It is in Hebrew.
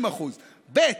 35%; מעל 80% 50%. ב.